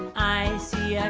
i see